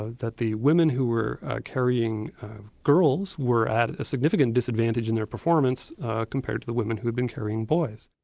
that the women who were carrying girls were at a significant disadvantage in their performance compared to the women who'd been carrying boys.